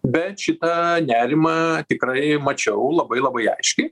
bet šitą nerimą tikrai mačiau labai labai aiškiai